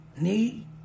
need